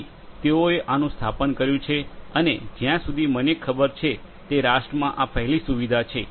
તેથી તેઓએ આનું સ્થાપન કર્યું છે અને જ્યાં સુધી મને ખબર છે કે તે રાષ્ટ્રમાં આ પહેલી સુવિધા છે